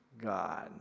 God